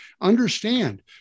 Understand